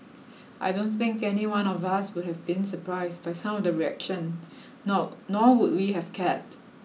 I don't think anyone of us would have been surprised by some of the reaction nor nor would we have cared